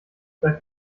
bei